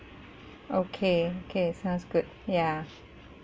okay okay sounds good ya